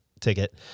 ticket